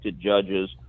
judges